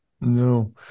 No